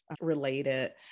related